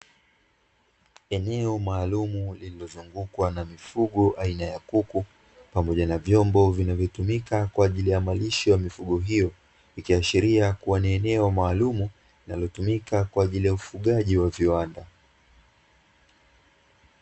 Eneo maalumu lililozungukwa na mifugo aina ya kuku, pamoja na vyombo vinavyotumika kwa ajili ya malisho ya mifugo hiyo, ikiashiria kuwa ni eneo maalumu linalotumika kwa ajili ya ufugaji wa viwanda.